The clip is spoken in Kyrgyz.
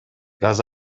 газ